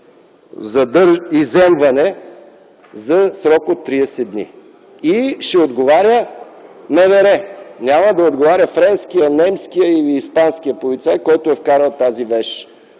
изземване за срок от 30 дни. И ще отговаря МВР - няма да отговаря френският, немският или испанският полицай, който е вкарал тази вещ